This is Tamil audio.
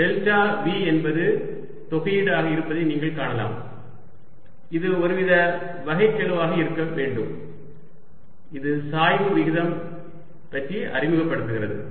டெல்டா v என்பது தொகையீடு ஆக இருப்பதை நீங்கள் காணலாம் இது ஒருவித வகைக்கெழுவாக இருக்க வேண்டும் இது சாய்வு விகிதம் பற்றி அறிமுகப்படுத்துகிறது